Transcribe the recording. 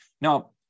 Now